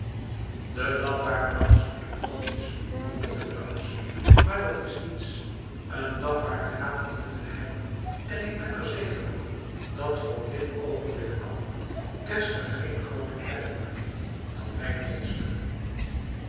de lafaard bakt zoete broodjes mompelde claus maar dat is niets een lafaard haat in het geheim en ik ben er zeker van dat van dit oogenblik af geszler geen grooter vijand heeft dan mijn meester